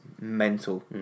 mental